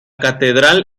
catedral